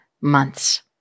months